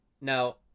Now